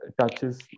touches